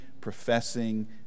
professing